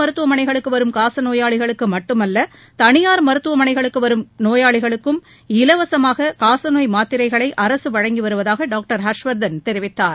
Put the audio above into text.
மருத்துவமனைகளுக்கு வரும் காசநோயாளிகளுக்கு மட்டுமல்ல கனிபாள் அரசு மருத்துவமனைகளுக்கு வரும் நோயாளிகளுக்கும் இலவசமாக காசநோய் மாத்திரைகளை அரசு வழங்கி வருவதாக டாக்டர் ஹர்ஷ்வர்தன் தெரிவித்தார்